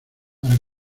para